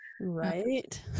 Right